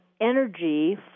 energy